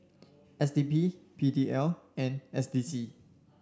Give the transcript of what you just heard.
S D P P D L and S D C